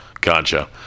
Gotcha